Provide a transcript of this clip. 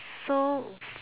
so